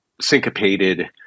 syncopated